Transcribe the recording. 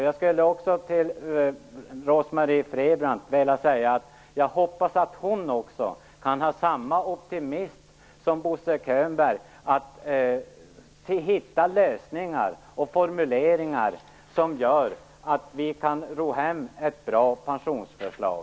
Jag hoppas att Rose-Marie Frebran kan känna samma optimism som Bo Könberg inför att hitta lösningar och formuleringar som gör att vi kan ro hem ett bra pensionsförslag.